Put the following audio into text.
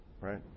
right